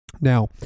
Now